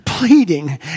pleading